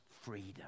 freedom